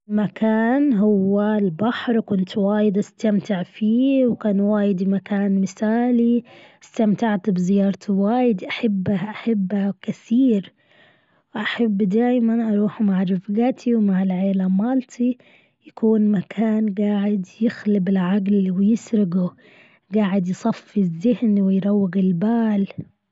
مكان هو البحر كنت وايد أستمتع فيه وكان وايد مكان مثالي أستمتعت بزيارته وايد أحبه أحبه كثير وأحب دايما أروح مع رفقاتي ومع العيلة مالتي يكون مكان قاعد يخلب العقل ويسرقه قاعد يصفي الزهن ويروق البال.